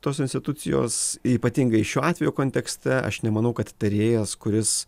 tos institucijos ypatingai šio atvejo kontekste aš nemanau kad tarėjas kuris